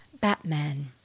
Batman